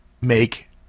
make